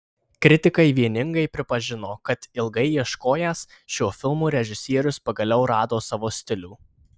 kritikai vieningai pripažino kad ilgai ieškojęs šiuo filmu režisierius pagaliau rado savo stilių